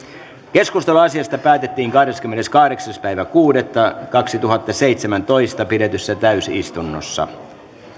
keskustelu asiasta päättyi kahdeskymmeneskahdeksas kuudetta kaksituhattaseitsemäntoista pidetyssä täysistunnossa